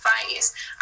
advice